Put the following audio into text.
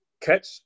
catch